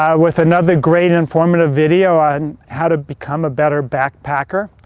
um with another great, informative video on how to become a better backpacker.